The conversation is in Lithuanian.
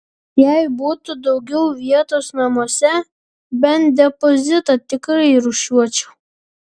jei būtų daugiau vietos namuose bent depozitą tikrai rūšiuočiau